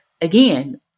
again